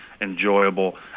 enjoyable